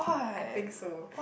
I think so